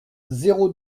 zéro